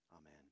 Amen